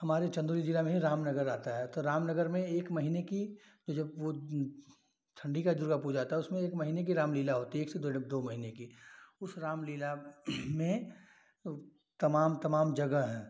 हमारे चंदौली जिला में ही रामनगर आता है तो रामनगर में एक महीने की ठंडी का दुर्गा पूजा आता है उसमें एक महीने की रामलीला होती है एक से दो महीने की उस रामलीला में तमाम तमाम जगह है